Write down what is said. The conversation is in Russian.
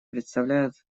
представляют